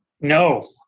no